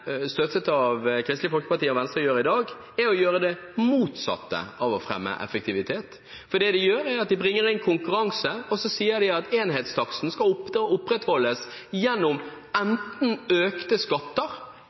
støttet av Kristelig Folkeparti og Venstre, gjør i dag, er det motsatte av å fremme effektivitet. Det de gjør, er å bringe inn konkurranse. Så sier de at enhetsportoen skal opprettholdes gjennom enten økte skatter